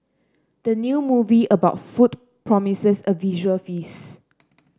the new movie about food promises a visual feast